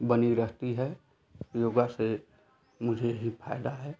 बनी रहती है योगा से मुझे ही फायदा है